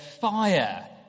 fire